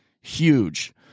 Huge